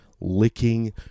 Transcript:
licking